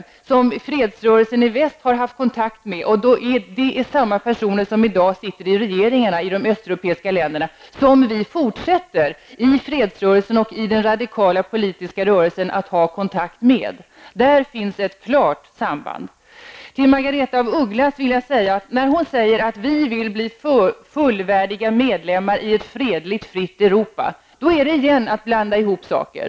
Dessa människor har fredsrörelsen i väst haft kontakt med och samma personer sitter i dag i de östeuropeiska ländernas regeringar. Vi fortsätter att genom fredsrörelsen och den radikala politiska rörelsen ha kontakt med dessa personer. Där finns det ett klart samband. När Margaretha af Ugglas säger att Svergie vill bli fullvärdig medlem i ett fredligt fritt Europa, blandar hon återigen ihop saker.